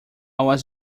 was